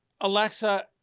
Alexa